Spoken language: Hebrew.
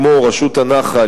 כמו רשות הנחל,